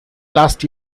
last